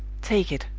take it!